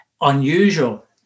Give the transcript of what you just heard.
unusual